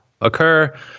occur